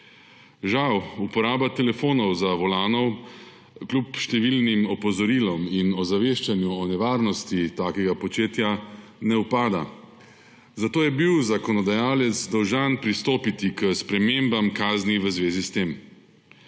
Žal uporaba telefonov za volanom kljub številnim opozorilom in ozaveščanju o nevarnosti takega početja ne upada. Zato je bil zakonodajalec dolžan pristopiti k spremembam kazni v zvezi s tem.